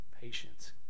patience